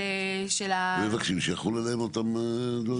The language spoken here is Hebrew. --- הם מבקשים שיחולו עליהם אותם דברים.